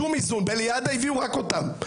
בליד"ה הביאו רק אותם.